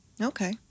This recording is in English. Okay